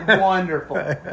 Wonderful